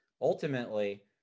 ultimately